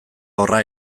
horra